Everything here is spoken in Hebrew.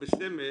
וכניסה שלה